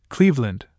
Cleveland